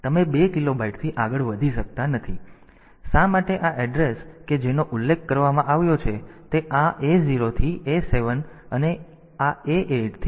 તેથી શા માટે આ એડ્રેસ કે જેનો ઉલ્લેખ કરવામાં આવ્યો છે તે આ A0 થી A7 અને આ A8 થી A10 છે